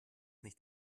nicht